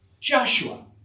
Joshua